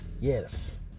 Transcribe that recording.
Yes